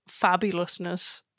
fabulousness